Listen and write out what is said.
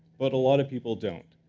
but a lot of people don't.